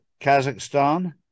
Kazakhstan